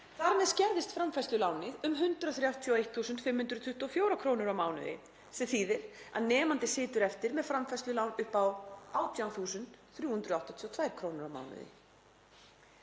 Þar með skerðist framfærslulánið um 131.524 krónur á mánuði sem þýðir að nemandi situr eftir með framfærslulán upp á 18.382 krónur á mánuði.